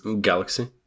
galaxy